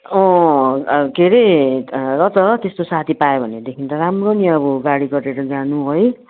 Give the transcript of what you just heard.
अँ अब के अरे र त त्यस्तो साथी पायो भनेदेखिन् त राम्रो नि अब गाडी गरेर जानु है